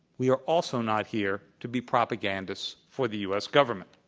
we are also not here to be propagandists for the u. s. government.